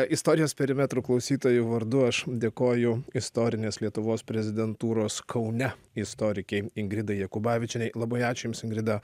istorijos perimetrų klausytojų vardu aš dėkoju istorinės lietuvos prezidentūros kaune istorikei ingridai jakubavičienei labai ačiū jums ingrida